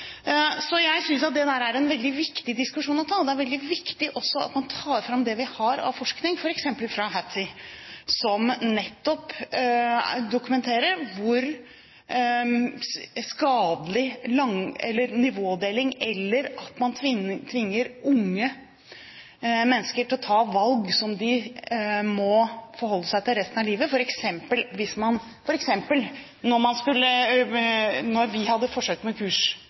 Jeg synes at det er en veldig viktig diskusjon å ta. Det er veldig viktig også at man tar fram det vi har av forskning, f.eks. fra Hattie, som nettopp dokumenterer hvor skadelig nivådeling er, eller at man tvinger unge mennesker til å ta valg som de må forholde seg til resten av livet.